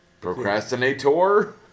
Procrastinator